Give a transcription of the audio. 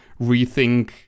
rethink